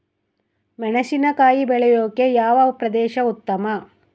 ಮೆಣಸಿನಕಾಯಿ ಬೆಳೆಯೊಕೆ ಯಾವ ಪ್ರದೇಶ ಉತ್ತಮ?